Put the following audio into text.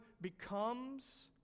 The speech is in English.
becomes